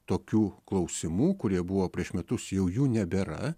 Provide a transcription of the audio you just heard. tokių klausimų kurie buvo prieš metus jau jų nebėra